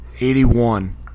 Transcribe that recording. Eighty-one